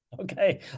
Okay